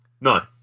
No